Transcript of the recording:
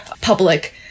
public